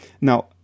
now